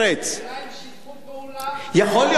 השאלה אם שיתפו פעולה, יכול להיות.